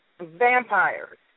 Vampires